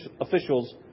officials